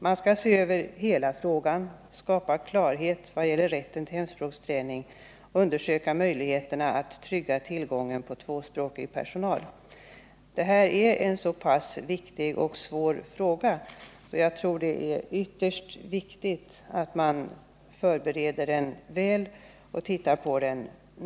Man skall se över hela frågan, skapa klarhet i rätten till hemspråksträning och undersöka möjligheterna att trygga tillgången på tvåspråkig personal. Denna fråga är så svår att det är ytterst viktigt att den förbereds omsorgsfullt men också snabbt.